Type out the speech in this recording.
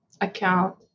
account